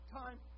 time